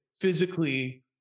physically